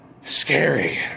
scary